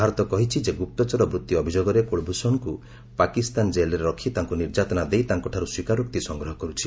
ଭାରତ କହିଛି ଯେ ଗୁପ୍ତଚର ବୃତ୍ତି ଅଭିଯୋଗରେ କୁଳଭୂଷଣଙ୍କୁ ପାକିସ୍ତାନ ଜେଲ୍ରେ ରଖି ତାଙ୍କୁ ନିର୍ଯାତନା ଦେଇ ତାଙ୍କଠାରୁ ସ୍ୱୀକାରୋକ୍ତି ସଂଗ୍ରହ କରୁଛି